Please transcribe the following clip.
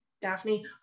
daphne